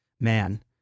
Man